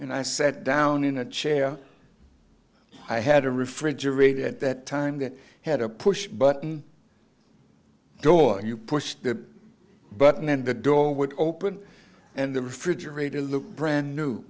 and i sat down in a chair i had a refrigerator at that time that had a push button door you pushed the button and the door would open and the refrigerator looked brand new